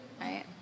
right